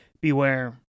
Beware